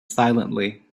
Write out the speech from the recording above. silently